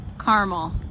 caramel